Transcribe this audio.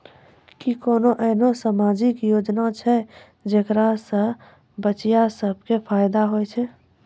कि कोनो एहनो समाजिक योजना छै जेकरा से बचिया सभ के फायदा होय छै?